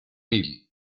mil